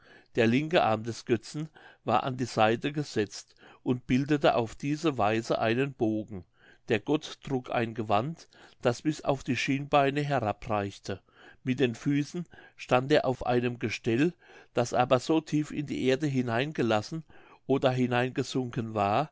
der linke arm des götzen war in die seite gesetzt und bildete auf diese weise einen bogen der gott trug ein gewand das bis auf die schienbeine herabreichte mit den füßen stand er auf einem gestell das aber so tief in die erde hineingelassen oder hineingesunken war